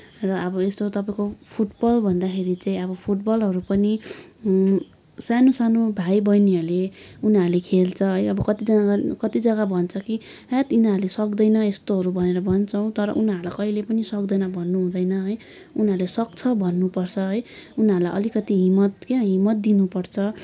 र अब यस्तो तपाईँको फुटबल भन्दाखेरि चाहिँ अब फुटबलहरू पनि सानो सानो भाइ बहिनीहरूले उनीहरूले खेल्छ है अब कतिजना कति जग्गा भन्छ कि हैट यिनीहरूले सक्दैन यस्तोहरू भनेर भन्छ हौ तर उनीहरूलाई कहिले पनि सक्दैन भन्नुहुँदैन है उनीहरूले सक्छ भन्नुपर्छ है उनीहरूलाई अलिकति हिम्मत क्या हिम्मत दिनुपर्छ